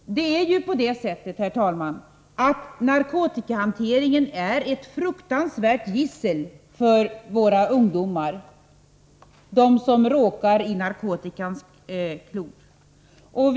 Det är på det sättet, herr talman, att narkotikahanteringen är ett fruktansvärt gissel för våra ungdomar, för dem som råkar i narkotikans klor.